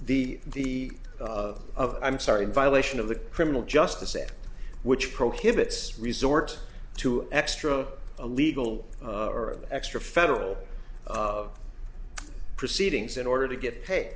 the the of i'm sorry in violation of the criminal justice act which prohibits resort to extra illegal or extra federal of proceedings in order to get pa